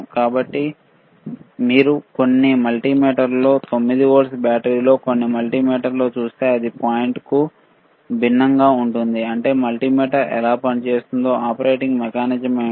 కాబట్టి మీరు కొన్ని మల్టీమీటర్లలో 9 వోల్ట్ బ్యాటరీలో కొన్ని మల్టీమీటర్లలో చూస్తే అది పాయింట్కు భిన్నంగా ఉంటుంది అంటే మల్టిమీటర్ ఎలా పనిచేస్తుందో ఆపరేటింగ్ మెకానిజం ఏమిటి